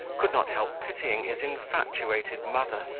could not help pitying his infatuated mother,